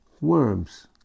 Worms